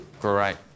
great